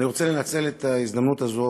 אני רוצה לנצל את ההזדמנות הזאת,